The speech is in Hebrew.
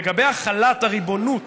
לגבי החלת הריבונות